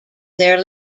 their